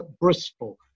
Bristol